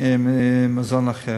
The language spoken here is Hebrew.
מזון אחר.